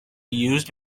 used